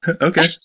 Okay